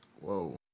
Whoa